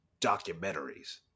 documentaries